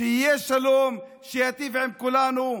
שיהיה שלום שייטיב עם כולנו,